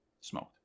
Smoked